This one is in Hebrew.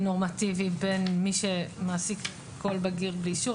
נורמטיבי בין מי שמעסיק כל בגיר באישור,